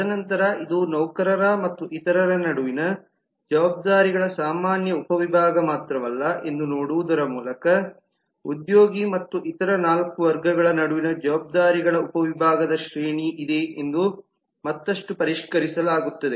ತದನಂತರ ಇದು ನೌಕರ ಮತ್ತು ಇತರರ ನಡುವಿನ ಜವಾಬ್ದಾರಿಗಳ ಸಾಮಾನ್ಯ ಉಪವಿಭಾಗ ಮಾತ್ರವಲ್ಲ ಎಂದು ನೋಡುವುದರ ಮೂಲಕ ಉದ್ಯೋಗಿ ಮತ್ತು ಇತರ ನಾಲ್ಕು ವರ್ಗಗಳ ನಡುವಿನ ಜವಾಬ್ದಾರಿಗಳ ಉಪವಿಭಾಗದ ಶ್ರೇಣಿ ಇದೆ ಎಂದು ಮತ್ತಷ್ಟು ಪರಿಷ್ಕರಿಸಲಾಗುತ್ತದೆ